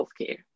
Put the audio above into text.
healthcare